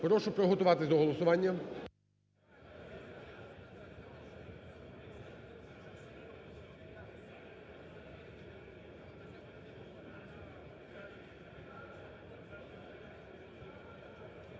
Прошу приготуватись до голосування.